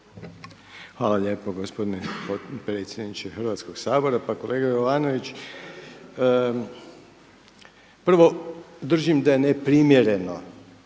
Hvala lijepo gospodine potpredsjedniče Hrvatskoga sabora. Pa kolega Jovanović, prvo držim da je neprimjereno